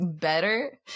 better